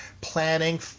planning